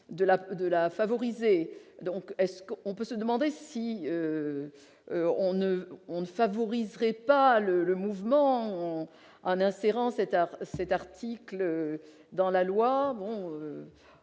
est-ce qu'on peut se demander si on ne on ne favoriserait pas le le mouvement en insérant cet cet article dans la loi,